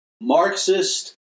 Marxist